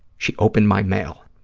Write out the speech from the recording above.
she opened my mail.